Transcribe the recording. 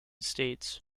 states